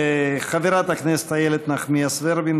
חברת הכנסת איילת נחמיאס ורבין,